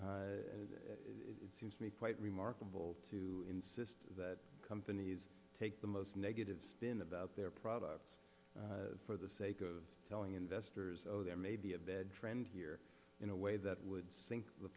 s it seems to me quite remarkable to insist that companies take the most negative spin about their products for the sake of telling investors over there may be a bad trend here in a way that would sink the